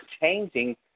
changing